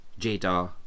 Jada